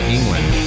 England